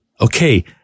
Okay